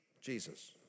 Jesus